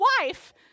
wife